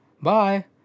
bye